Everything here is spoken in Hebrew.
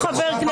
מרב,